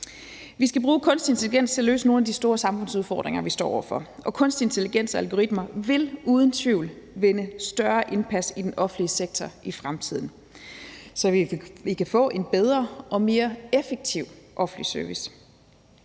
Vi skal bruge kunstig intelligens til at løse nogle af de store samfundsudfordringer, vi står over for. Og kunstig intelligens og algoritmer vil uden tvivl vinde større indpas i den offentlige sektor i fremtiden, så vi kan få en bedre og mere effektiv offentlig service.